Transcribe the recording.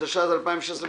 התשע"ז-2016,